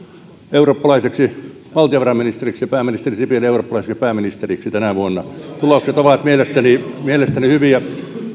eurooppalaiseksi valtiovarainministeriksi ja pääministeri sipilä eurooppalaiseksi pääministeriksi tänä vuonna tulokset ovat mielestäni mielestäni hyviä